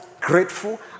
grateful